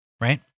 right